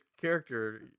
character